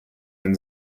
and